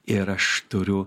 ir aš turiu